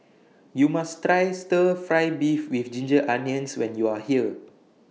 YOU must Try Stir Fry Beef with Ginger Onions when YOU Are here